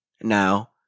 Now